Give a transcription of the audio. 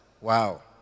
Wow